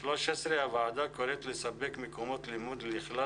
הוועדה קוראת לספק מקומות לימוד לכלל